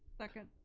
second.